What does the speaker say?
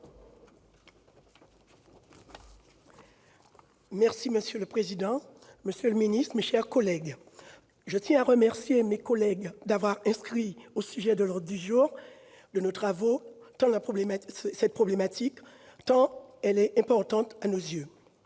Jasmin. Monsieur le président, monsieur le secrétaire d'État, mes chers collègues, je tiens à remercier mes collègues d'avoir inscrit ce sujet à l'ordre du jour de nos travaux, tant cette problématique est importante à nos yeux.